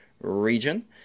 region